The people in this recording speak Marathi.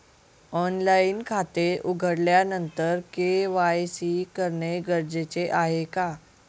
ऑनलाईन खाते उघडल्यानंतर के.वाय.सी करणे गरजेचे आहे का?